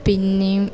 പിന്നെയും